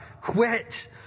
quit